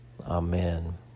Amen